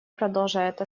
продолжает